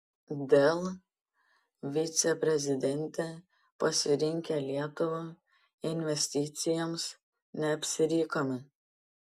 dell viceprezidentė pasirinkę lietuvą investicijoms neapsirikome